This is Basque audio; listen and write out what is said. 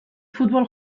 futbol